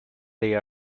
they